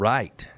Right